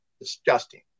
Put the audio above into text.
disgusting